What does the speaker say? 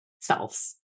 selves